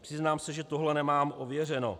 Přiznám se, že tohle nemám ověřeno.